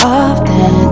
often